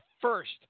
first